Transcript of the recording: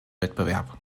wettbewerb